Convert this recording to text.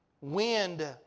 wind